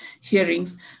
hearings